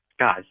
Guys